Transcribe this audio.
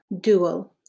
Dual